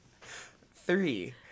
Three